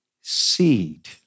seed